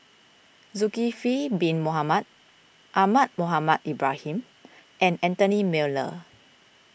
Zulkifli Bin Mohamed Ahmad Mohamed Ibrahim and Anthony Miller